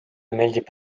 meeldib